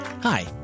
Hi